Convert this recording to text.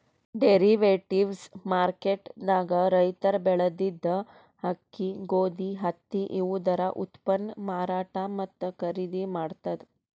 derivatives market ದಾಗ್ ರೈತರ್ ಬೆಳೆದಿದ್ದ ಅಕ್ಕಿ ಗೋಧಿ ಹತ್ತಿ ಇವುದರ ಉತ್ಪನ್ನ್ ಮಾರಾಟ್ ಮತ್ತ್ ಖರೀದಿ ಮಾಡ್ತದ್